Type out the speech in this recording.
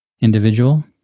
individual